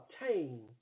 obtain